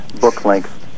book-length